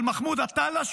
על מחמוד עטאללה,